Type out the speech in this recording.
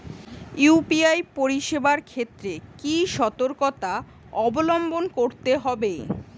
UPI পরিসেবার ক্ষেত্রে কি সতর্কতা অবলম্বন করতে হবে?